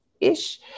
ish